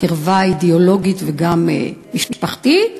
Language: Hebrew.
קרבה אידיאולוגית וגם משפחתית,